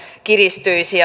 kiristyisi